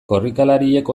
korrikalariek